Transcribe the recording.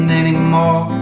anymore